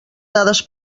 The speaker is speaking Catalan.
dades